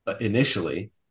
initially